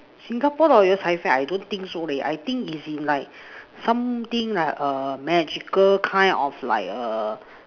Singapore I don't think so leh I think is in like something like a magical kind of like a